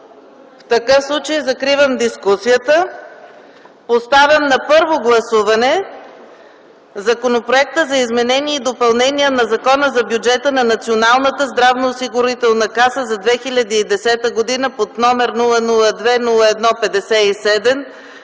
В такъв случай закривам дискусията. Поставям на първо гласуване Законопроект за изменение и допълнение на Закона за бюджета на Националната здравноосигурителна каса за 2010 г., № 002-01-57,